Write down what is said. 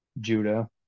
Judah